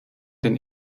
den